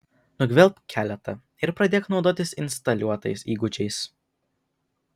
nugvelbk keletą ir pradėk naudotis instaliuotais įgūdžiais